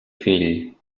fill